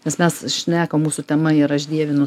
nes mes šnekam mūsų tema yra aš dievinu